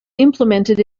implemented